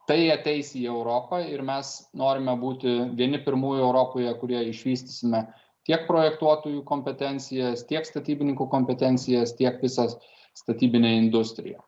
tai ateis į europą ir mes norime būti vieni pirmųjų europoje kurie išvystysime tiek projektuotojų kompetencijas tiek statybininkų kompetencijas tiek visą statybinę industriją